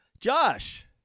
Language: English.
Josh